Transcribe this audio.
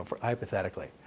hypothetically